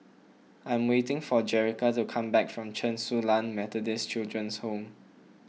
I'm waiting for Jerica to come back from Chen Su Lan Methodist Children's Home